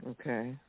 Okay